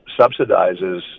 subsidizes